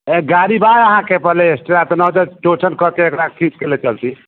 एक गाड़ी बा अहाँके पहले एक्स्ट्रा तऽ न हौते तऽ टो करिके एकरा खीँचके ले चलती